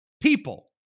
people